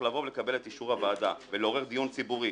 לבוא ולקבל את אישור הוועדה ולעורר דיון ציבורי